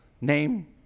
name